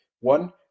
one